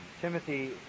Timothy